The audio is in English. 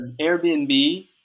Airbnb